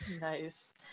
nice